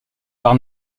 par